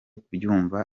kubyumva